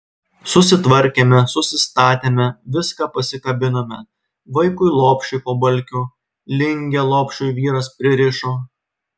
susitvarkėme susistatėme viską pasikabinome vaikui lopšį po balkiu lingę lopšiui vyras pririšo